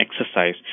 exercise